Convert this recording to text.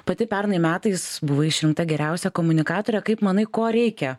pati pernai metais buvai išrinkta geriausia komunikatore kaip manai ko reikia